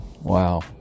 Wow